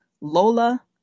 Lola